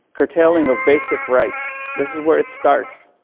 curtailing of basic rights. this is where it starts.